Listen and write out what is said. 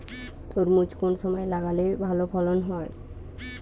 তরমুজ কোন সময় লাগালে ভালো ফলন হয়?